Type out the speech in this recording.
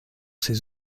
ses